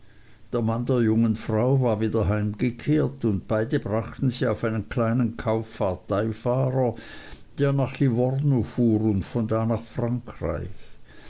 mann der jungen frau war wieder heimgekehrt und beide brachten sie auf einen kleinen kauffahrteifahrer der nach livorno fuhr und von da nach frankreich